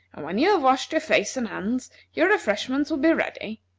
and when you have washed your face and hands, your refreshments will be ready.